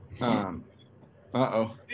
Uh-oh